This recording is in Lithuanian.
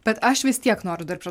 bet aš vis tiek noriu dar prie